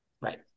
right